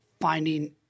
finding